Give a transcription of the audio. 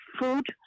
food